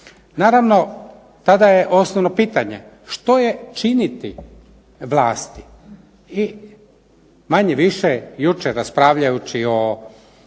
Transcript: Naravno, tada je osnovno pitanje što je činiti vlasti i manje više jučer raspravljajući o